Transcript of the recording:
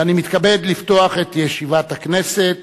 ואני מתכבד לפתוח את ישיבת הכנסת.